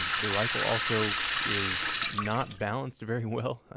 the rifle also is not balanced very well.